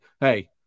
hey